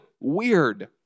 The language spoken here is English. weird